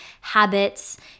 habits